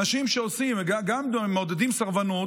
אנשים שמעודדים סרבנות,